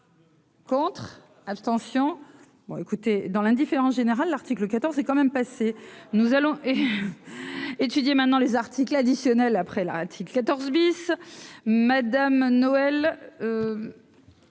contre, abstention bah, écoutez, dans l'indifférence générale, l'article 14 s'est quand même passé nous allons étudier maintenant les articles additionnels après la a-t-il 14 bis Madame Noël.